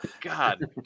god